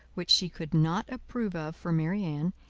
which she could not approve of for marianne,